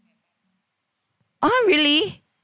ah really